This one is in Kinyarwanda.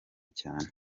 cyane